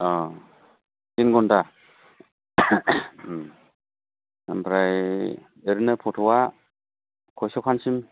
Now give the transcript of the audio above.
अ टिन घन्टा ओमफ्राय ओरैनो फथ'आ कैस' खानसिम